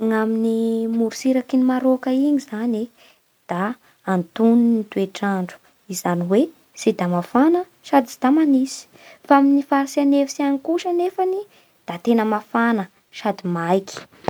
Ny amin'ny morotsirak'i Maroc iny zany da antonony ny toetr'andro zany hoe tsy da mafana sady tsy da mangatsiaky. Fa ny faritsy an'efitsy kosa anefany da tena mafana sady maiky.